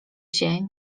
się